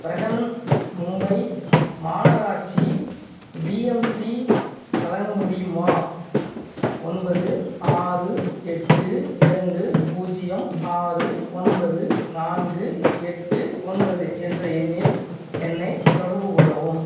பிரஹன் மும்பை மாநகராட்சி B M C வழங்க முடியுமா ஒன்பது ஆறு எட்டு இரண்டு பூஜ்ஜியம் ஆறு ஒன்பது நான்கு எட்டு ஒன்பது என்ற எண்ணில் என்னை தொடர்பு கொள்ளவும்